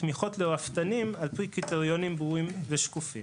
תמיכות לרפתנים על פי קריטריונים ברורים ושקופים.